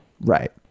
right